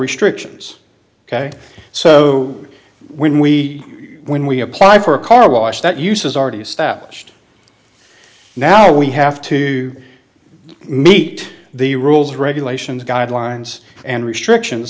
restrictions ok so when we when we apply for a car wash that uses already established now we have to meet the rules regulations guidelines and restrictions